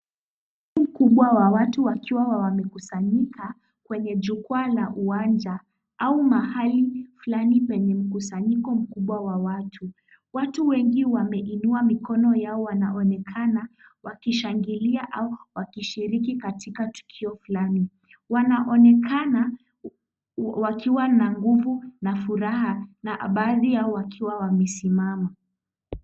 Umati mkubwa wa watu wakiwa wamekusanyika kwenye ukwaa wa uwanja au mahali fulani penye mkusanyiko mkubwa wa watu. Watu wengi wameinua mikono yao wanaonekana wakishangilia au wakishiriki katika tukio fulani. Wanaonekana wakiwa na nguvu na furaha na baadhi yao wakiwa wamesimama.